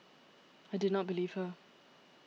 I did not believe her